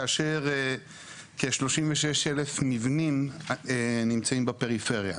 כאשר כ-36,000 מבנים נמצאים בפריפריה,